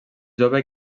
jove